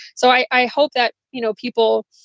so i i hope that, you know, people,